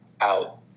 out